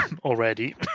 already